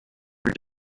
your